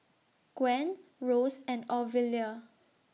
Gwen Ross and Ovila